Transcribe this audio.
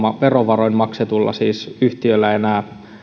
verovaroin maksetulla yhtiöllä enää